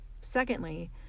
Secondly